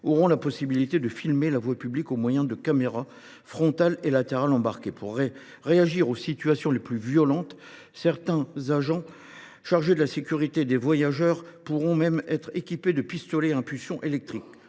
auront la possibilité de filmer la voie publique au moyen de caméras frontales et latérales embarquées. Pour réagir aux situations les plus violentes, certains agents chargés de la sécurité des voyageurs pourront même être équipés de pistolets à impulsion électrique.